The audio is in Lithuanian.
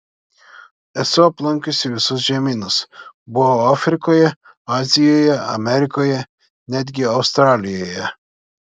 esu aplankiusi visus žemynus buvau afrikoje azijoje amerikoje netgi australijoje